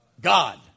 God